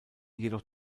jedoch